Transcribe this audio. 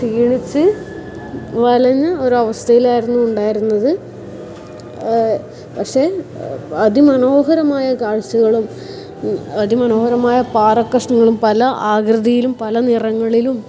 ക്ഷീണിച്ച് വലഞ്ഞ ഒരവസ്ഥയിലായിരുന്നു ഉണ്ടായിരുന്നത് പക്ഷേ അതിമനോഹരമായ കാഴ്ചകളും അതിമനോഹരമായ പാറക്കഷ്ണങ്ങളും പല ആകൃതിയിലും പല നിറങ്ങളിലും